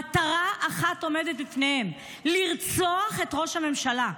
ומטרה אחת עומדת בפניהם: לרצוח את ראש הממשלה.